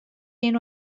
اینو